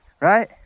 Right